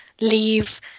leave